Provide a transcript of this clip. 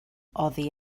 oddi